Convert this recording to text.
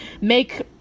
make